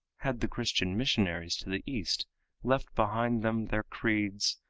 had the christian missionaries to the east left behind them their creeds,